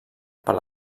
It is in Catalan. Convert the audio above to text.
per